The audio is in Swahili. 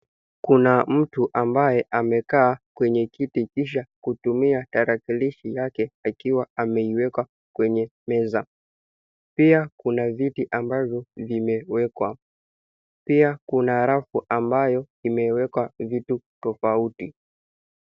Kuna mtu ambaye amekaa kwenye kiti kisha kutumia tarakilishi yake akiwa ameiweka kwenye meza. Pia kuna viti ambavyo vimewekwa. Pia kuna rafu ambayo imewekwa vitu tofauti.